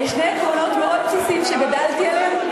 שני עקרונות מאוד בסיסיים שגדלתי עליהם,